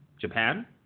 Japan